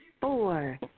Four